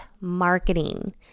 marketing